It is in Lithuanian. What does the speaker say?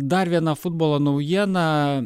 dar viena futbolo naujiena